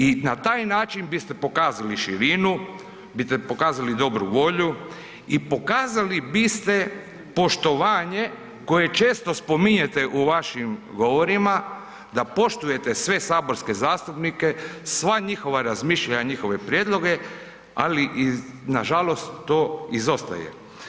I na taj način biste pokazali širinu, biste pokazali dobru volju i pokazali biste poštovanje koje često spominjete u vašim govorima da poštujete sve saborske zastupnike, sva njihova razmišljanja i njihove prijedloge, ali nažalost to izostaje.